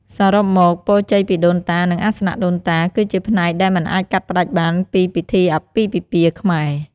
សរុបមក ពរជ័យពីដូនតា និង អាសនៈដូនតា គឺជាផ្នែកដែលមិនអាចកាត់ផ្តាច់បានពីពិធីអាពាហ៍ពិពាហ៍ខ្មែរ។